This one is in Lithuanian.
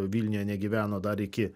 vilniuje negyveno dar iki